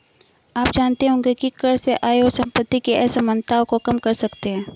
आप जानते होंगे की कर से आय और सम्पति की असमनताओं को कम कर सकते है?